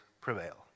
prevail